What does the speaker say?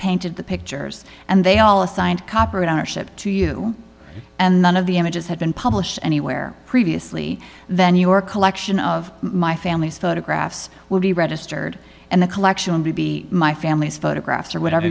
painted the pictures and they all assigned copyright ownership to you and none of the images have been published anywhere previously then your collection of my family's photographs will be registered and the collection be my family's photographs or whatever